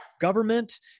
government